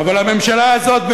אבל הממשלה הזאת,